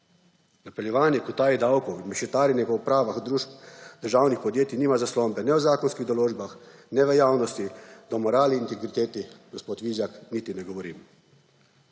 Napeljevanje k utaji davkov, mešetarjenje po upravah družb državnih podjetij nima zaslombe ne v zakonskih določbah ne v javnosti, da o morali in integriteti, gospod Vizjak, niti ne govorim.